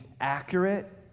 accurate